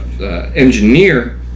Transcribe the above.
engineer